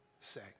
say